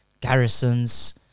garrisons